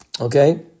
Okay